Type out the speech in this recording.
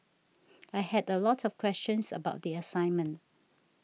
I had a lot of questions about the assignment